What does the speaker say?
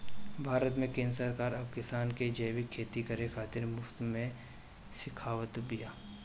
भारत में केंद्र सरकार अब किसान के जैविक खेती करे खातिर मुफ्त में सिखावत बिया